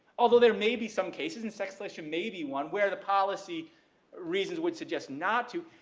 although there may be some cases and sex selection maybe one where the policy reasons would suggest not to,